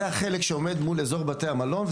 זה החלק שעומד מול אזור בתי המלון,